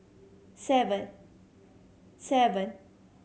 seven seven